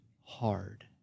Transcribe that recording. hard